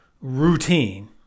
routine